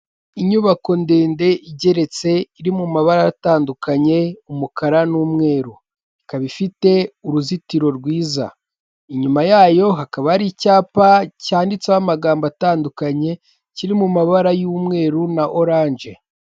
Inyubako ndende igeretse iri mu mabara atandukanye umukara n'umweru, ikaba ifite uruzitiro rwiza. Inyuma yayo hakaba hari icyapa cyanditseho amagambo atandukanye kiri mu mabara y'umweru na oranje.